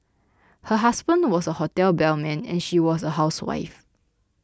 her husband was a hotel bellman and she was a housewife